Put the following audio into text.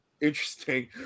interesting